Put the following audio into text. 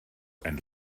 and